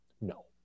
no